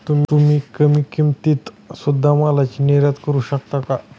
तुम्ही कमी किमतीत सुध्दा मालाची निर्यात करू शकता का